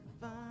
find